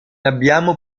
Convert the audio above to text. abbiamo